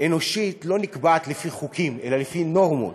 אנושית לא נקבעת לפי חוקים, אלא לפי נורמות